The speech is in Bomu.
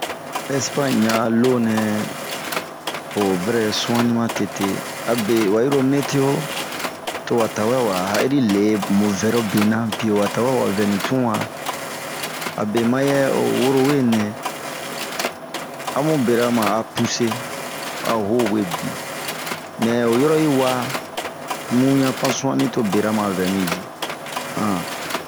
Ɛspaɲe ɲaa loo nɛɛ ho bara suani matete, abe wayi lo meto, to wa ha'iri tawaa lii wan vɛrobe na, biewa tawɛ a vɛri tun wa. Abe maya aho woro we nɛ a mubera ma a pusee. A huo we bii, mɛɛ hoyura yi waa ,to bun pan suani to bera ma vɛ bin yii hanh.